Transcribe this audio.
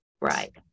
Right